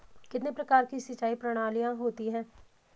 कितने प्रकार की सिंचाई प्रणालियों होती हैं?